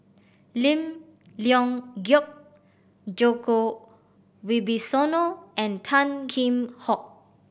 Lim Leong Geok Djoko Wibisono and Tan Kheam Hock